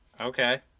Okay